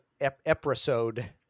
episode